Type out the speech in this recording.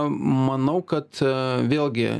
manau kad vėlgi